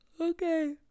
Okay